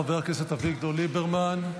חבר הכנסת אביגדור ליברמן,